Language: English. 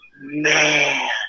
man